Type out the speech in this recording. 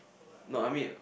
no I mean